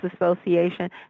Association